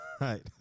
Right